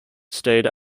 stayed